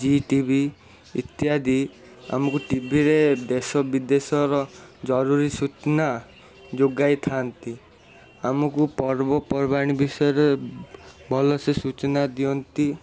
ETV ଇତ୍ୟାଦି ଆମୁକୁ ଟିଭିରେ ଦେଶ ବିଦେଶର ଜରୁରୀ ସୂଚନା ଯୋଗାଇଥାନ୍ତି ଆମୁକୁ ପର୍ବପର୍ବାଣୀ ବିଷୟରେ ଭଲସେ ସୂଚନା ଦିଅନ୍ତି